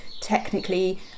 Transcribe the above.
technically